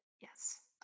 Yes